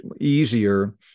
easier